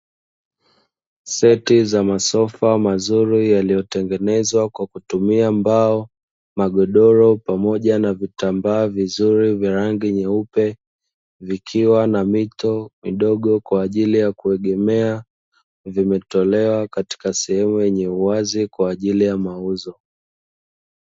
Seti za masofa mazuri yaliyotengenezwa kwa kutumia mbao, magodoro pamoja na vitambaa vizuri vya rangi nyeupe; vikiwa na mito midogo ya kwa ajili ya kuegemea, vimetolewa katika sehemu yenye uwazi kwa ajili ya mauzo.